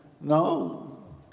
No